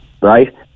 Right